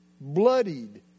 Bloodied